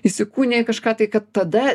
įsikūnija į kažką tai kad tada